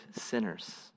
sinners